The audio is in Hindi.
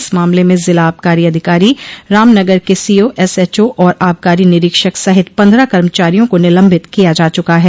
इस मामले में जिला आबकारी अधिकारी रामनगर के सीओ एसएचओ और आबकारी निरोक्षक सहित पन्द्रह कर्मचारियों को निलम्बित किया जा चुका है